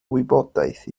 wybodaeth